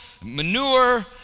manure